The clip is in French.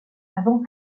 avant